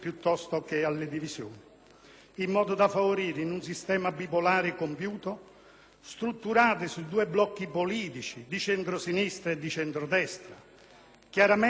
strutturato su due blocchi politici di centrosinistra e centrodestra chiaramente distinguibili sulla base di proposte politiche definite ed alternative;